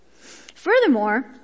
Furthermore